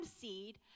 seed